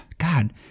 God